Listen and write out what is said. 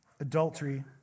Adultery